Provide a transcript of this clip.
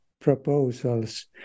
proposals